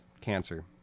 cancer